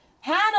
Hannah